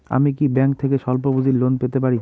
আমি কি ব্যাংক থেকে স্বল্প পুঁজির লোন পেতে পারি?